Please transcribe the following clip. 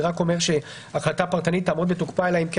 זה רק אומר שהחלטה פרטנית תעמוד בתוקפה אלא אם כן